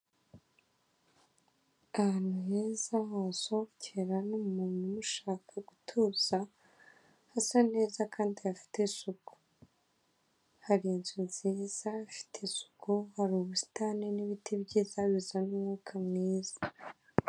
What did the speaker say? Ahantu heza wasohokera numuntu mushaka gutuza hasa neza kandi hafite isuku harinzu nziza ifite isuku hari ubusitani nibiti byiza bizana umwuka mwiza.